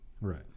right